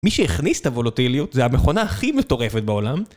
מי שהכניס את הוולוטיליות, זה המכונה הכי מטורפת בעולם, ...